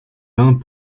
vins